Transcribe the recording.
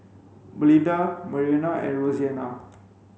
Melinda Marianna and Roseanna